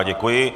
Děkuji.